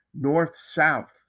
north-south